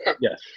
Yes